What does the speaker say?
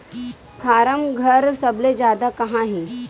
form घर सबले जादा कहां हे